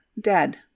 dead